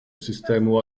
systému